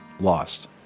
lost